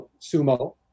sumo